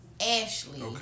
Ashley